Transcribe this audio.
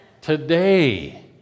Today